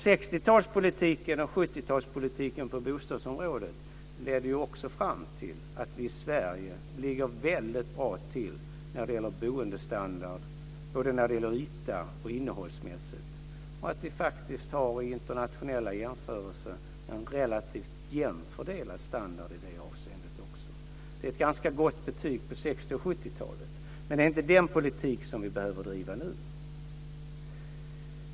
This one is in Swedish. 60-talspolitiken och 70-talspolitiken på bostadsområdet ledde också fram till att vi i Sverige ligger väldigt bra till i fråga om boendestandard, både när det gäller yta och innehållsmässigt. Vi har faktiskt vid internationella jämförelser en relativt jämnt fördelad standard i det avseendet också. Det är ett ganska gott betyg på 60 och 70-talen, men det är inte den politik som vi behöver driva nu.